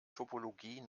topologie